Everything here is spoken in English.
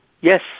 Yes